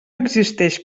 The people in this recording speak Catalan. existeix